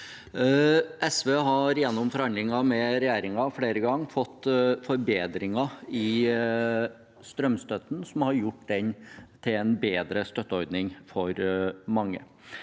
SV har gjennom forhandlinger med regjeringen flere ganger fått forbedret strømstøtten, noe som har gjort den til en bedre støtteordning for mange.